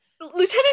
lieutenant